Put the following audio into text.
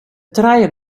trije